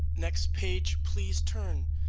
next page please turn.